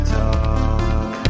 talk